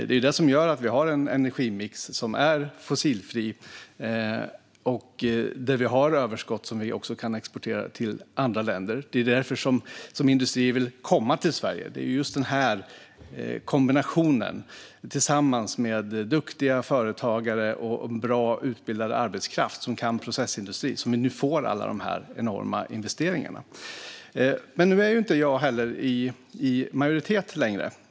Det är det som gör att vi har en energimix som är fossilfri, där vi har överskott som vi också kan exportera till andra länder. Det är därför som industrier vill komma till Sverige. Det är just den här kombinationen, tillsammans med duktiga företagare och välutbildad arbetskraft som kan processindustrin, som gör att vi nu får alla dessa enorma investeringar. Men nu sitter inte jag i majoritet längre.